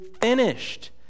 finished